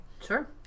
Sure